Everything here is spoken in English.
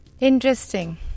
interesting